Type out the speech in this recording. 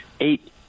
eight